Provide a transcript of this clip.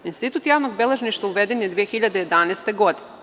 Institut javnog beležništva uveden je 2011. godine.